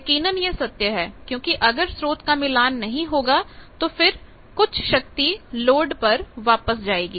यकीनन यह सत्य है क्योंकि अगर स्रोत का मिलान नहीं होगा तो फिर कुछ शक्ति लोड पर वापस जाएगी